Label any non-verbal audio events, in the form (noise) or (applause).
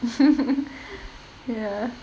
(laughs) ya